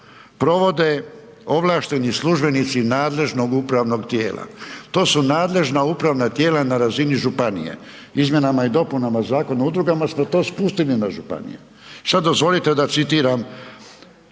provode ovlašteni službenici nadležnog upravnog tijela. To su nadležna upravna tijela na razini županije. Izmjena i dopunama Zakona o udrugama smo to spustili na županije. Sad dozvolite da citiram